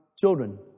Children